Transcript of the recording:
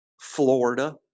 Florida